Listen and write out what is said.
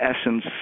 essence